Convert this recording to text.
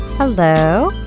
Hello